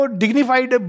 dignified